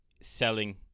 selling